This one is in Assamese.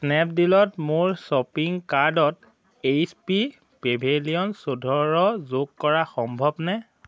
স্নেপডীলত মোৰ শ্বপিং কাৰ্টত এইচ পি পেভিলিয়ন চৈধ্য যোগ কৰা সম্ভৱনে